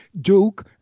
Duke